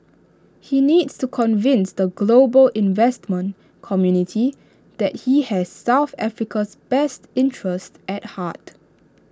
he needs to convince the global investment community that he has south Africa's best interests at heart